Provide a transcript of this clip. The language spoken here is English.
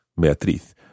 Beatriz